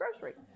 Grocery